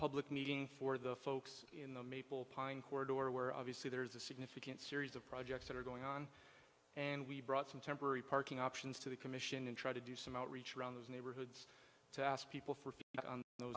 public meeting for the folks in the maple pine corridor where obviously there's a significant series of projects that are going on and we brought some temporary parking options to the commission and try to do some outreach around those neighborhoods to ask people for